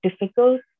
difficult